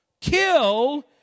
kill